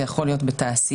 זה יכול להיות בתעשייה,